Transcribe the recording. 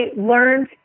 learned